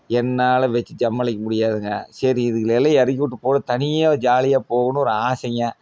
என்னால் வச்சு சமாளிக்க முடியாதுங்க சரி இதுகளை எல்லாம் இறக்கிவுட்டு போட்டு தனியாக ஜாலியாக போகணும்னு ஒரு ஆசைங்க